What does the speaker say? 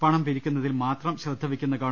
പണം പിരിക്കുന്നതിൽ മാത്രം ശ്രദ്ധവെയ്ക്കുന്ന ഗവ